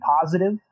positive